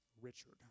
Richard